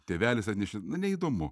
tėvelis atnešė nu neįdomu